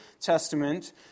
Testament